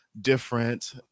different